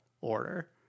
order